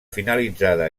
finalitzada